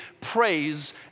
praise